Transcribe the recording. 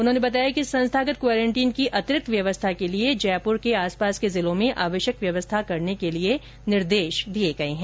उन्होंने बताया कि संस्थागत क्वारंटाइन की अतिरिक्त व्यवस्था के लिए जयपुर के आसपास के जिलों में आवश्यक व्यवस्थाएं करने के लिए निर्देश दिए गए है